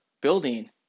building